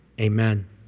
Amen